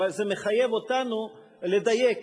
אבל זה מחייב אותנו לדייק.